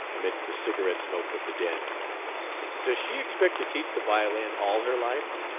amidst the cigarette-smoke of the den does she expect to teach the violin all her life?